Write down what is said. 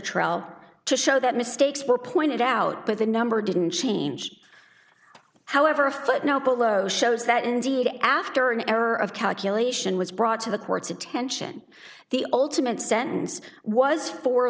trial to show that mistakes were pointed out but the number didn't change however a footnote below shows that indeed after an error of calculation was brought to the court's attention the ultimate sentence was for